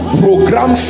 program